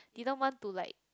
didn't want to like